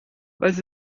was